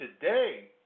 today